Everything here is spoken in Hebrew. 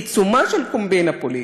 בעיצומה של קומבינה פוליטית?